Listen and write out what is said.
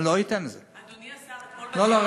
אני לא אתן לזה, אדוני השר, אתמול, לא, לא.